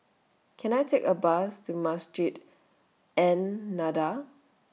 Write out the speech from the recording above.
Can I Take A Bus to Masjid An Nahdhah